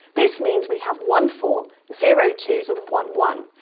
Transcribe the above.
this means we have one four, zero twos, and one one.